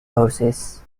horses